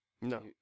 no